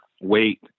wait